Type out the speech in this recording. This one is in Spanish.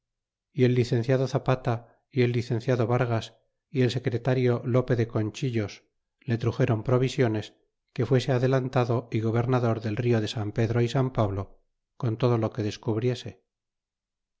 y el licenciado zapata y el licenciado vargas y el secretario lope de conchillos le truxeron provisiones que fuese adelantado y gobernador del rio de san pedro y san pablo con todo lo que descubriese